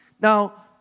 Now